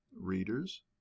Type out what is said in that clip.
readers